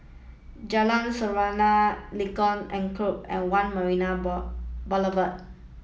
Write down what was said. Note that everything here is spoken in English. Jalan Serene Lengkok Enam and One Marina Boulevard